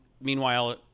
meanwhile